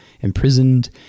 imprisoned